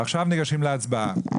עכשיו ניגשים להצבעה.